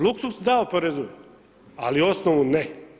Luksuz da oporezuj, al' osnovu ne.